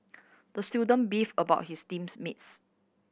the student beefed about his teams mates